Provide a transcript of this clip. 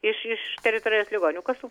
iš iš teritorijos ligonių kasų